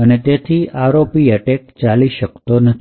અને તેથી RoP attack ચાલી શકતું નથી